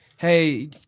hey